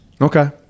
Okay